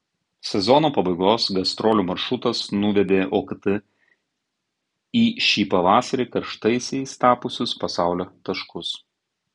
sezono pabaigos gastrolių maršrutas nuvedė okt į šį pavasarį karštaisiais tapusius pasaulio taškus